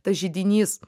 tas židinys